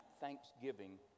Thanksgiving